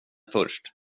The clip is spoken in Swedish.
först